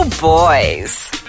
boys